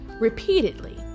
repeatedly